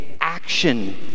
action